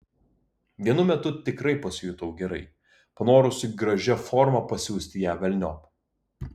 vienu metu tikrai pasijutau gerai panorusi gražia forma pasiųsti ją velniop